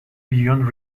beyond